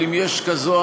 אבל אם יש כזו,